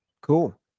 cool